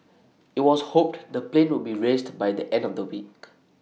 IT was hoped the plane would be raised by the end of the week